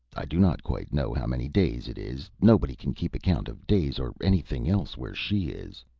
i do not quite know how many days it is nobody can keep account of days or anything else where she is!